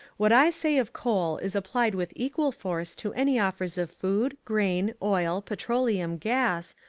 what i say of coal is applied with equal force to any offers of food, grain, oil, petroleum, gas,